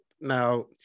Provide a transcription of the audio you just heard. now